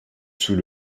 sous